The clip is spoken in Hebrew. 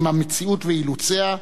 עם המציאות ואילוציה,